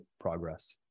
progress